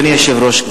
אדוני היושב-ראש,